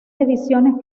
ediciones